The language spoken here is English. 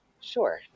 Sure